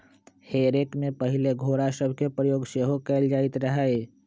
हे रेक में पहिले घोरा सभके प्रयोग सेहो कएल जाइत रहै